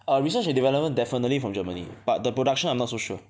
err research and development definitely from Germany but the production I'm not so sure